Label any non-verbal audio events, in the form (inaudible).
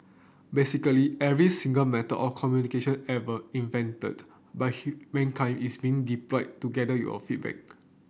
basically every single method of communication ever invented by (unintelligible) mankind is being deployed to gather your feedback